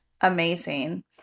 amazing